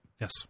Yes